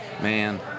Man